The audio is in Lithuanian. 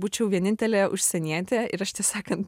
būčiau vienintelė užsienietė ir aš tiesą sakant